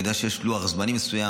אני יודע שיש לוח זמנים מסוים.